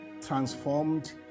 transformed